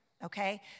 Okay